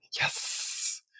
yes